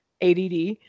ADD